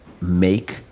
make